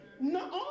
No